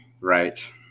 Right